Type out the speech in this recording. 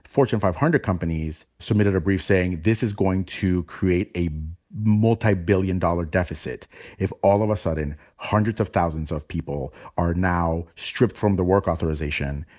fortune five hundred companies submitted a brief saying, this is going to create a multi billion-dollar deficit if all of a sudden hundreds of thousands of people are now stripped from the work authorization,